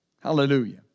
Hallelujah